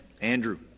Andrew